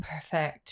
Perfect